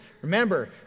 Remember